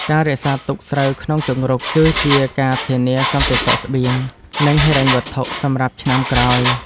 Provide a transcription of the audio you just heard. ការរក្សាទុកស្រូវក្នុងជង្រុក គឺជាការធានាសន្តិសុខស្បៀង និងហិរញ្ញវត្ថុសម្រាប់ឆ្នាំក្រោយ។